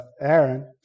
Aaron